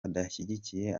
adashyigikiye